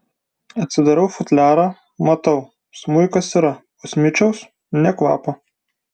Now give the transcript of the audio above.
atsidarau futliarą matau smuikas yra o smičiaus nė kvapo